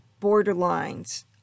borderlines